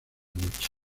noche